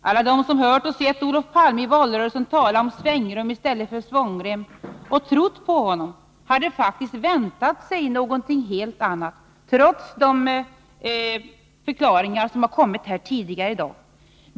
Alla de som hört och sett Olof Palme i valrörelsen tala om ”svängrumi stället för svångrem” och trott på honom hade faktiskt väntat sig något helt annat, trots de förklaringar som kommit här tidigare i dag.